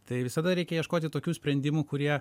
tai visada reikia ieškoti tokių sprendimų kurie